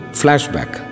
flashback